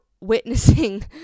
witnessing